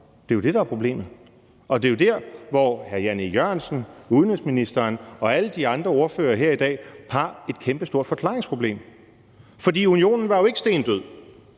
Det er jo det, der er problemet, og det er jo der, hvor hr. Jan E. Jørgensen, udenrigsministeren og alle de andre ordførere her i dag har et kæmpestort forklaringsproblem. For Unionen var jo ikke stendød.